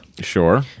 Sure